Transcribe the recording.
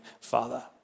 father